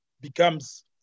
becomes